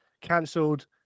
cancelled